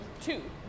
Two